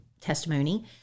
testimony